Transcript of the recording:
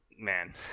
man